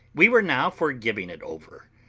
we were now for giving it over,